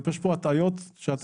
יש פה הטעיות שאתם פשוט,